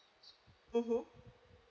mmhmm